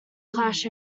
clash